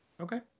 Okay